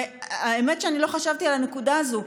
והאמת שאני לא חשבתי על הנקודה הזאת,